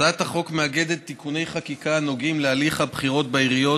הצעת החוק מאגדת תיקוני חקיקה הנוגעים להליך הבחירות בעיריות,